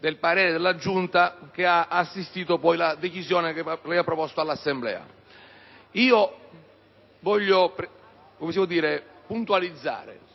del parere della stessa, che ha assistito poi la decisione che lei ha proposto all'Assemblea. Voglio puntualizzare